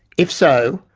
if so,